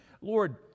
Lord